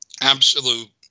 Absolute